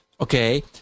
okay